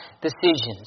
decisions